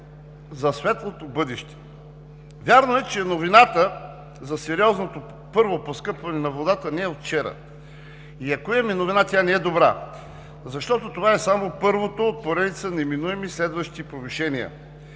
за светлото бъдеще. Вярно е, че новината за първото сериозно поскъпване на водата не е от вчера и, ако имаме новина, тя не е добра, защото това е само първото от поредица неминуеми следващи повишения.